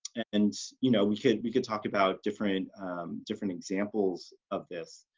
and you know, we could we could talk about different different examples of this